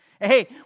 Hey